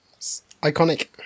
iconic